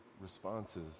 responses